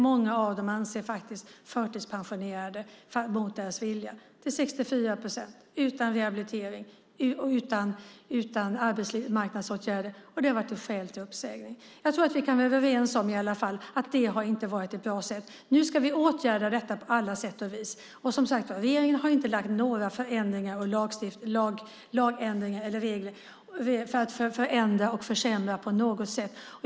Många av dem har blivit förtidspensionerade mot sin vilja, till 64 procent utan rehabilitering och arbetsmarknadsåtgärder. Det har varit ett skäl till uppsägning. Jag tror att vi i varje fall kan vara överens om att det inte har varit ett bra sätt. Nu ska vi åtgärda detta på alla sätt och vis. Regeringen har inte lagt fram några förslag om förändringar av lagar eller regler för att förändra och försämra på något sätt.